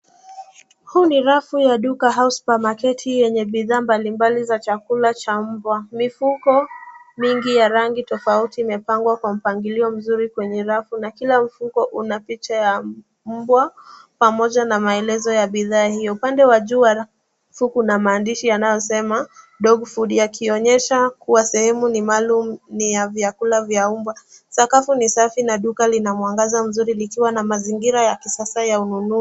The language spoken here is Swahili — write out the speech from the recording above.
Huu ni rafu ya duka au supamaketi yenye bidhaa mbalimbali za chakula cha mbwa. Mifuko mingi ya rangi tofauti imepangwa kwa mpangilio mzuri kwenye rafu na kila mfuko una picha ya mbwa pamoja na maelezo ya bidhaa hiyo. Upande wa juu wa rafu kuna maandishi yanayosema dog food yakionyesha kuwa sehemu ni maalum ni ya vyakula vya mbwa. Sakafu ni safi na duka lina mwangaza mzuri likiwa na mazingira ya kisasa.